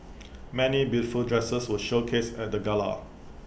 many beautiful dresses were showcased at the gala